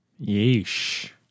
yeesh